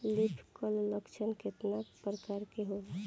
Leaf curl लक्षण केतना परकार के होला?